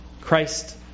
Christ